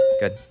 Good